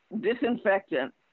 Disinfectant